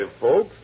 folks